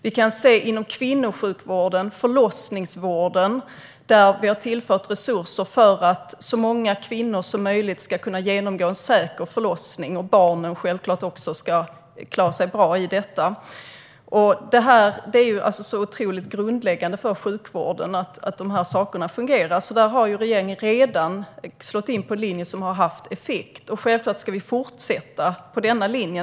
Inom kvinnosjukvården och förlossningsvården har vi tillfört resurser för att så många kvinnor som möjligt ska kunna genomgå en säker förlossning och självklart för att barnen ska klara sig bra i detta. Det är otroligt grundläggande för sjukvården att dessa saker fungerar, och där har regeringen redan slagit in på en linje som har haft effekt. Självklart ska vi fortsätta på denna linje.